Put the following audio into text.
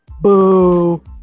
boo